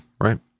Right